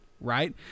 Right